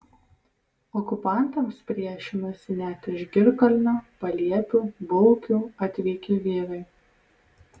okupantams priešinosi net iš girkalnio paliepių baukių atvykę vyrai